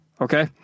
Okay